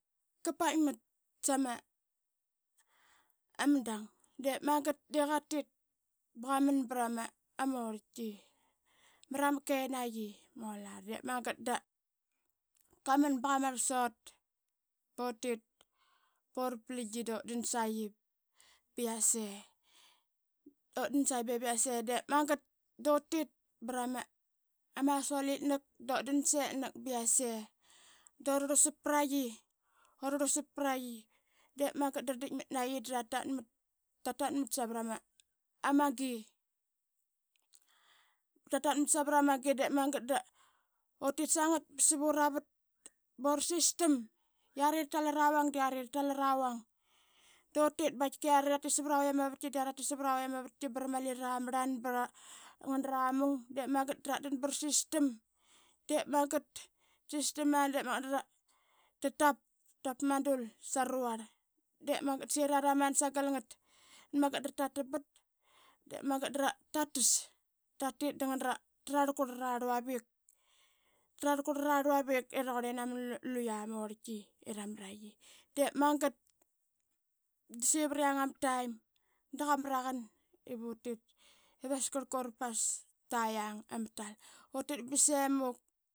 Qa paitma sama dang de magat da qatit ba qaman brama orltki mrama kenaqi ma olarl da qaman baqa marl sut butit brama asolitak dut dan setnak ba yase dura rlusa praqi. De magat draditk mat naqi dratatmat savrama gi. Ratamat savrama gi de magat da utit sangat savuravat bura sistam. Yari ratal arauang da yari ratal ara vang dutit ba yari ratit sava ravait ama vatki bra mali tara marlan da ngana ramung dra sistam. De magat dra sistam dratap pama dul saruvarl de magat de magat da saqi rararama da sagal ngat. Dep magat dratatam bat de magat dratas. Tatit dra ralkut ara rluavik. tral kurara rluavik i raqurle naman luqa ma orltki i ramaraqi. De magat da saqi vat i yang ama taim da qa. mraqan ivutit ivas karlka ura pas ta yang ama tal dutit basemuk.